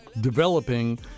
developing